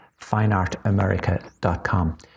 fineartamerica.com